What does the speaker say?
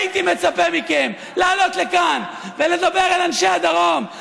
הייתי מצפה מכם לעלות לכאן ולדבר אל אנשי הדרום,